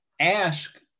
ask